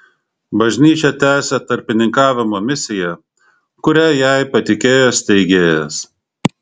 bažnyčia tęsia tarpininkavimo misiją kurią jai patikėjo steigėjas